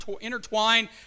intertwined